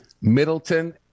Middleton